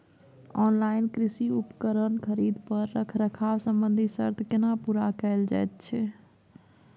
Online कृषि उपकरण खरीद पर रखरखाव संबंधी सर्त केना पूरा कैल जायत छै?